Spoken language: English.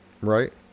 Right